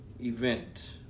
event